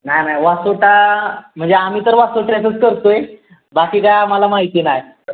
नाही नाही वासोटा म्हणजे आम्ही तर वासोट्याचंच करतो आहे बाकी काय आम्हाला माहिती नाही